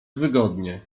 wygodnie